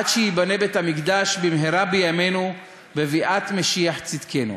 עד שייבנה בית-המקדש במהרה בימינו בביאת משיח צדקנו".